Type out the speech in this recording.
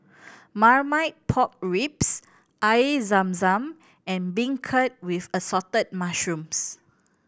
Marmite Pork Ribs Air Zam Zam and beancurd with Assorted Mushrooms